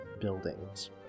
buildings